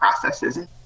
processes